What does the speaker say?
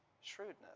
shrewdness